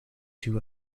two